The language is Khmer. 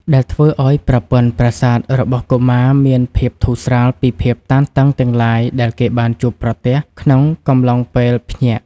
ដែលធ្វើឱ្យប្រព័ន្ធប្រសាទរបស់កុមារមានភាពធូរស្រាលពីភាពតានតឹងទាំងឡាយដែលគេបានជួបប្រទះក្នុងកំឡុងពេលភ្ញាក់។